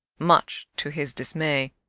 much to his dismay,